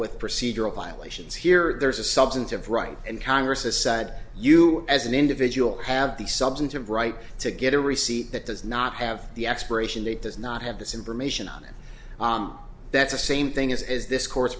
with procedural violations here there's a substantive right and congress aside you as an individual have the substantive right to get a receipt that does not have the expiration date does not have this information on it that's the same thing as is this cour